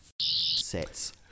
sets